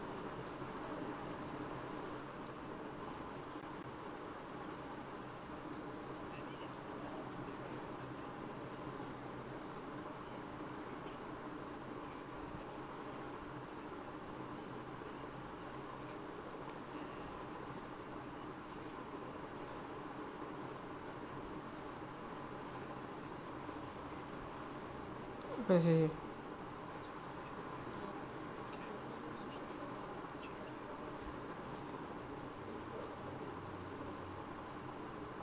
I see